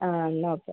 ആ എന്നാൽ ഓക്കെ